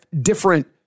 different